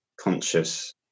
conscious